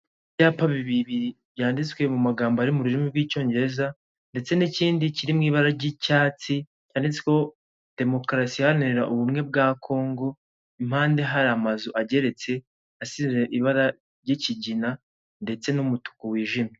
Ibyapa bibiri byanditswe mu magambo ari mu rurimi rw'icyongerereza ndetse n'ikindi kiri mu ibara ry'icyatsi handitsweho demokarasi iharanira ubumwe bwa kongo. Impande hari amazu ageretse asize ibara ry'ikigina ndetse n'umutuku wijimye.